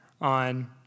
on